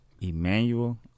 Emmanuel